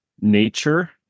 nature